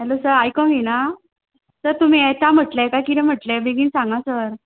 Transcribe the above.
hello sir आयकूंक येना sir तुमी येता म्हणलें काय कितें म्हणलें बेगीन सांगां सर